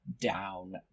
down